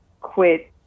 quit